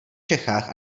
čechách